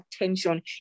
attention